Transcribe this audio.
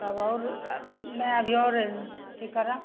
तब आओर अभी आओर ठीक कि कहलऽ